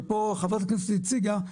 שפה חברת הכנסת הציגה,